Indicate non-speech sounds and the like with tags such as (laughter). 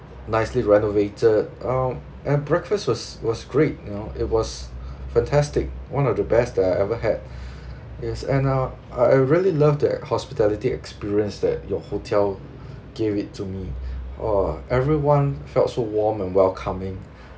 nicely renovated um and breakfast was was great you know it was fantastic one of the best that I ever had (breath) yes and uh I really love the hospitality experience that your hotel gave it to me uh everyone felt so warm and welcoming